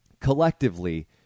Collectively